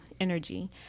energy